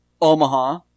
Omaha